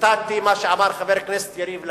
ציטטתי מה שאמר חבר הכנסת יריב לוין.